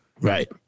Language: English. Right